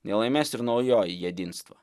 nelaimės ir naujoji jedinstva